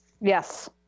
Yes